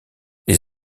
les